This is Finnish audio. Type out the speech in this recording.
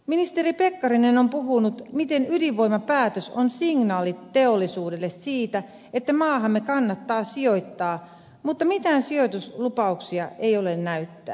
ministeri pekkarinen on puhunut miten ydinvoimapäätös on signaali teollisuudelle siitä että maahamme kannattaa sijoittaa mutta mitään sijoituslupauksia ei ole näyttää